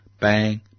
bang